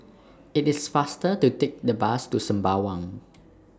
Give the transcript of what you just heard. IT IS faster to Take The Bus to Sembawang